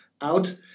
out